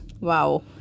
Wow